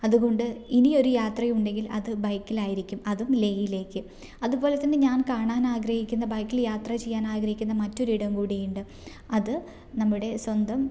അതുകൊണ്ട് ഇനി ഒരു യാത്ര ഉണ്ടെങ്കിൽ അത് ബൈക്കിൽ ആയിരിക്കും അതും ലേയിലേക്ക് അതുപോലെ തന്നെ ഞാൻ കാണാൻ ആഗ്രഹിക്കുന്ന ബൈക്കിൽ യാത്ര ചെയ്യാൻ ആഗ്രഹിക്കുന്ന മറ്റൊരു ഇടം കൂടിയുണ്ട് അത് നമ്മുടെ സ്വന്തം